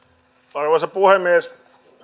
arvoisa puhemies